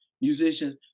musicians